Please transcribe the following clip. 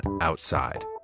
outside